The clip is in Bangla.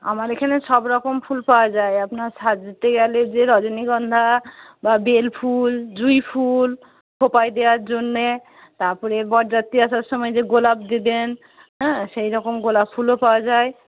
আমার এখানে সবরকম ফুল পাওয়া যায় আপনার সাজতে গেলে যে রজনীগন্ধা বা বেলফুল জুঁইফুল খোঁপায় দেওয়ার জন্যে তারপরে বর যাত্রি আসার সময়ে যে গোলাপ দেন সেইরকম গোলাপ ফুলও পাওয়া যায়